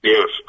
Yes